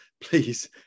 please